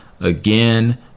Again